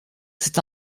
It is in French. c’est